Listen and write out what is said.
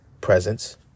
presence